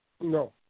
No